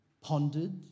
pondered